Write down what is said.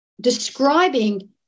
describing